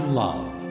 love